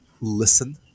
listen